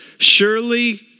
Surely